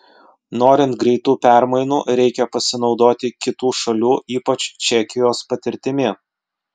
norint greitų permainų reikia pasinaudoti kitų šalių ypač čekijos patirtimi